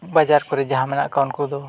ᱵᱟᱡᱟᱨ ᱠᱚᱨᱮᱜ ᱡᱟᱦᱟᱸ ᱢᱮᱱᱟᱜ ᱠᱚᱣᱟ ᱩᱱᱠᱩ ᱫᱚ